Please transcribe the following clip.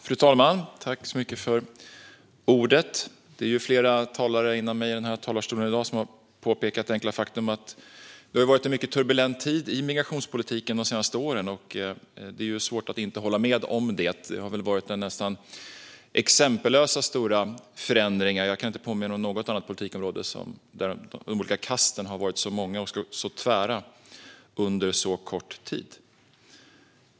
Fru talman! Det är flera talare före mig i den här talarstolen i dag som har påpekat det enkla faktum att det har varit en mycket turbulent tid i migrationspolitiken de senaste åren, och det är svårt att inte hålla med om det. Det har varit nästan exempellöst stora förändringar. Jag kan inte påminna mig om något annat politikområde där de olika kasten har varit så många och så tvära under så kort tid.